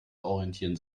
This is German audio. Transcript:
orientieren